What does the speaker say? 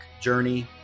Journey